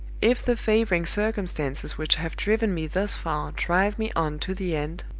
if the favoring circumstances which have driven me thus far drive me on to the end,